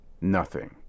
Nothing